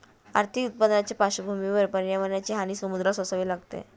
आर्थिक उत्पन्नाच्या पार्श्वभूमीवर पर्यावरणाची हानी समुद्राला सोसावी लागते